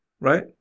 right